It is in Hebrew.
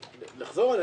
לחזור?